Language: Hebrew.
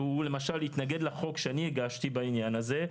הוא למשל התנגד לחוק שאני הגשתי בעניין הזה,